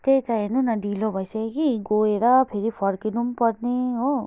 त्यही त हेर्नु न ढिलो भइसक्यो कि गएर फेरि फर्किनु पनि पर्ने हो